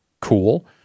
cool